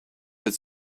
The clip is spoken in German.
wird